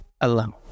alone